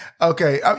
okay